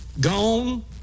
Gone